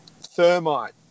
Thermite